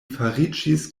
fariĝis